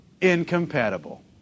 Incompatible